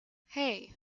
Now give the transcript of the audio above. hey